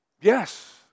Yes